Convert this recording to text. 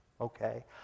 Okay